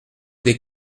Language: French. des